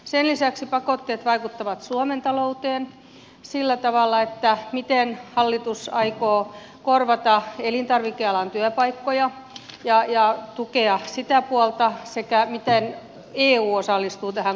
sen lisäksi pakotteet vaikuttavat suomen talouteen sillä tavalla että on kysyttävä miten hallitus aikoo korvata elintarvikealan työpaikkoja ja tukea sitä puolta sekä miten eu osallistuu tähän korvaamiseen